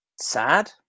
sad